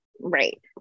right